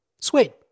sweet